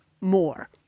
more